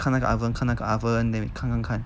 看那个 oven 看那个 oven then we 看看看